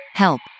Help